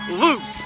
loose